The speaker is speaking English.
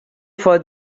for